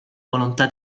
volontà